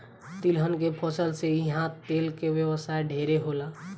तिलहन के फसल से इहा तेल के व्यवसाय ढेरे होला